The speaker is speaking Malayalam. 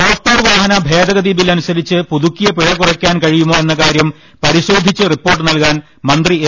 മോട്ടോർ വാഹന ഭേദഗതി ബിൽ അനുസരിച്ച് പുതുക്കിയ പിഴ കുറക്കാൻ കഴിയുമോ എന്ന കാര്യം പരിശോധിച്ച് റിപ്പോർട്ട് നൽകാൻ മന്ത്രി എ